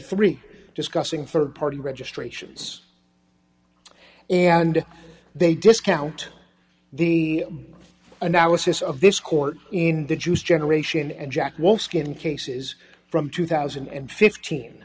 three discussing rd party registrations and they discount the analysis of this court in the juice generation and jack will skin cases from two thousand and fifteen